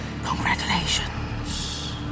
Congratulations